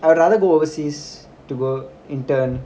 I would rather go overseas to go intern